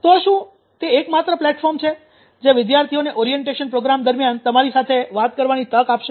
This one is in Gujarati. તો શું તે એકમાત્ર પ્લેટફોર્મ છે જે વિદ્યાર્થીઓને ઓરિએન્ટેશન પ્રોગ્રામ દરમિયાન તમારી સાથે વાત કરવાની તક આપશે